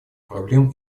проблем